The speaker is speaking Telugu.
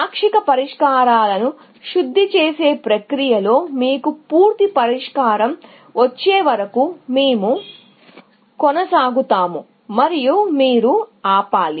పాక్షిక పరిష్కారాలను శుద్ధి చేసే ప్రక్రియలో మీకు పూర్తి పరిష్కారం వచ్చేవరకు మేము కొనసాగుతాము మరియు మీరు ఆపాలి